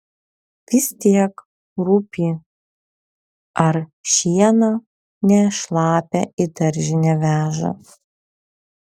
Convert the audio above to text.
vis tiek rūpi ar šieną ne šlapią į daržinę veža